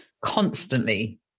constantly